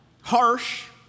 harsh